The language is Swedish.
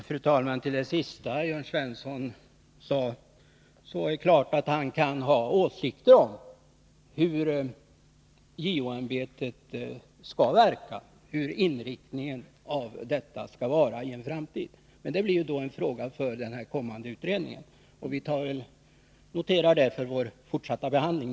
Fru talman! Beträffande det sista som Jörn Svensson sade vill jag anföra att han givetvis kan ha åsikter om hur JO skall verka och vilken inriktning JO-ämbetet skall ha i en framtid. Men det blir en fråga för den kommande utredningen. Vi noterar det för vår fortsatta behandling.